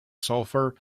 sulfur